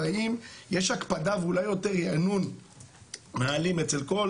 והאם יש הקפדה ואולי יותר רענון נהלים אצל כל